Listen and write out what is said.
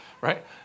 right